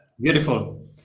beautiful